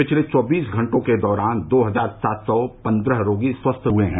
पिछले चौबीस घंटों के दौरान दो हजार सात सौ पन्द्रह रोगी स्वस्थ हुए हैं